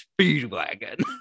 Speedwagon